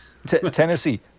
Tennessee